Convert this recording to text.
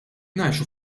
ngħixu